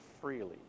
freely